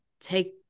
take